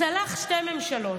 צלח שתי ממשלות.